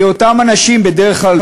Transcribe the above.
כי אותם אנשים בדרך כלל,